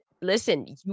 listen